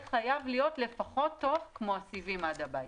חייב להיות טוב לפחות כמו הסיבים עד הבית.